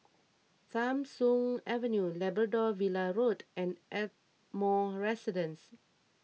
Tham Soong Avenue Labrador Villa Road and Ardmore Residence